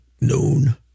noon